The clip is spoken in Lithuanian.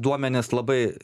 duomenys labai